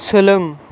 सोलों